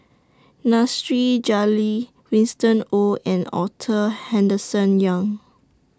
Nasir Jalil Winston Oh and Arthur Henderson Young